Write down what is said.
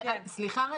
סליחה.